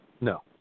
No